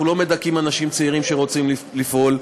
לא מדכאים אנשים צעירים שרוצים לפעול.